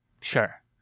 Sure